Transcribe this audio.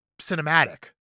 cinematic